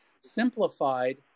simplified